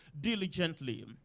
diligently